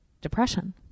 depression